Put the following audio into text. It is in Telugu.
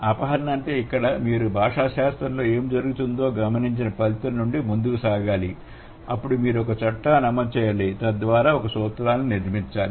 అపహరణ అంటే ఇక్కడ మీరు భాషాశాస్త్రంలో ఏమి జరుగుతుందో గమనించిన ఫలితం నుండి ముందుకు సాగాలి అప్పుడు మీరు ఒక చట్టాన్ని అమలు చేయాలి తద్వారా ఒక సూత్రాన్ని నిర్మించాలి